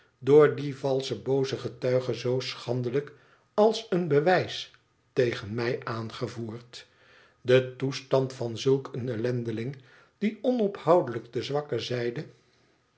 door dien valschen boozen getuige zoo schandelijk als een bewijs tegen mij aangevoerd de toestand van zulk een ellendeling die onophoudelijk de zwakke zijden